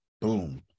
boom